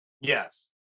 Yes